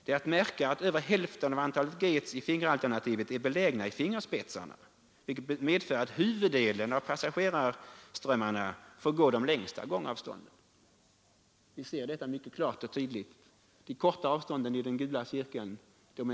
Det är att märka att över hälften av antalet gates i fingeralternativet är belägna i fingerspetsarna vilket medför att huvuddelen av passagerarströmmarna får de längsta gångavstånden.